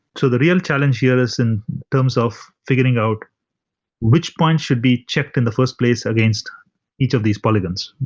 so the real challenge here is in terms of figuring out which point should be checked in the first place against each of these polygons.